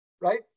right